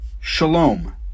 Shalom